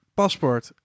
paspoort